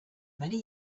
many